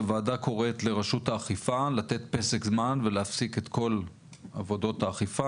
הוועדה קוראת לרשות האכיפה לתת פסק זמן ולהפסיק את כל עבודות האכיפה,